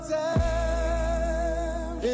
time